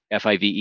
five